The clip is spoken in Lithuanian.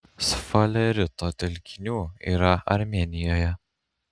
sfalerito telkinių yra armėnijoje